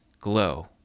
glow